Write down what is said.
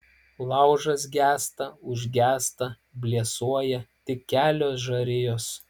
laužas gęsta užgęsta blėsuoja tik kelios žarijos